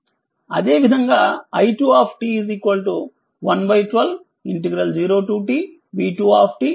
అదేవిధంగాi2 112 0tv2 dt i2